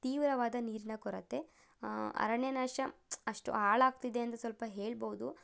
ತೀವ್ರವಾದ ನೀರಿನ ಕೊರತೆ ಅರಣ್ಯ ನಾಶ ಅಷ್ಟು ಹಾಳಾಗ್ತಿದೆ ಎಂದು ಸ್ವಲ್ಪ ಹೇಳ್ಬೋದು